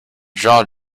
jaw